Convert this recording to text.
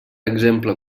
exemple